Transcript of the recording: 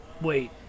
Wait